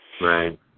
Right